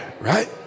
Right